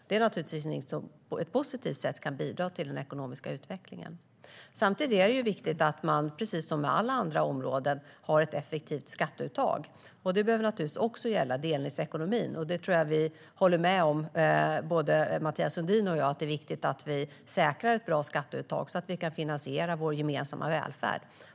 Det är naturligtvis någonting som kan bidra till den ekonomiska utvecklingen på ett positivt sätt. Samtidigt är det viktigt att man har ett effektivt skatteuttag, precis som på alla andra områden. Det behöver naturligtvis också gälla delningsekonomin. Jag tror att vi är ense, Mathias Sundin och jag, om att det är viktigt att vi säkrar ett bra skatteuttag, så att vi kan finansiera vår gemensamma välfärd.